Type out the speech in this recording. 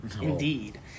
indeed